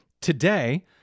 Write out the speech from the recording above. today